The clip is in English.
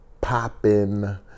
popping